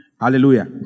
Hallelujah